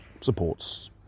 supports